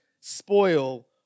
spoil